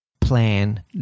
plan